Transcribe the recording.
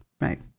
right